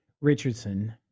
Richardson